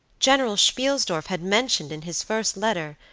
general spielsdorf had mentioned in his first letter,